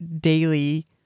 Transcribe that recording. daily